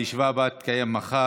הישיבה הבאה תתקיים מחר,